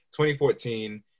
2014